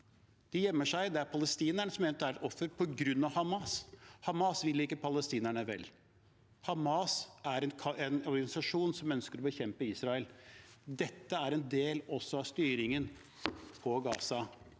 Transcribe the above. De gjemmer seg. Det er palestinerne som eventuelt er ofre på grunn av Hamas. Hamas vil ikke palestinerne vel. Hamas er en organisasjon som ønsker å bekjempe Israel. Dette er også en del av styringen på Gaza.